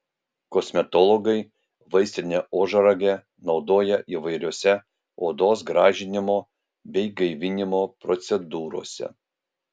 kosmetologai vaistinę ožragę naudoja įvairiose odos gražinimo bei gaivinimo procedūrose